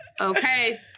Okay